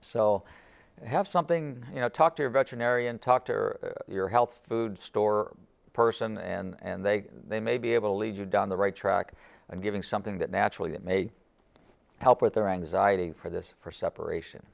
so have something you know talk to your veterinarian talk to your health food store person and they they may be able to lead you down the right track and giving something that naturally that may help with their anxiety for this for separation